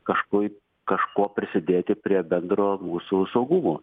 kažkaip kažko prisidėti prie bendro mūsų saugumo